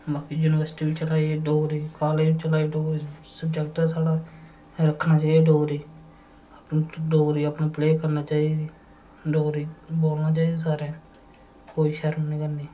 बाकी युनिवर्सिटी बी चलै दी ऐ डोगरी कालजें बी चलै दी डोगरी सब्जैक्ट ऐ साढ़ा रक्खना चाहिदी डोगरी डोगरी अपने प्ले करना चाहिदी डोगरी बोलना चाहिदी दी सारें कोई शर्म निं करनी